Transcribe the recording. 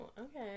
okay